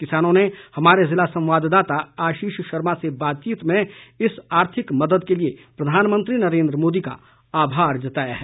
किसानों ने हमारे जिला संवाददाता आशीष शर्मा से बातचीत में इस आर्थिक मदद के लिए प्रधानमंत्री नरेन्द्र मोदी का आभार जताया है